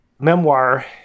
memoir